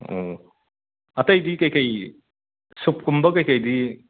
ꯎꯝ ꯑꯇꯩꯗꯤ ꯀꯩꯀꯩ ꯁꯨꯞꯀꯨꯝꯕ ꯀꯩꯀꯩꯗꯤ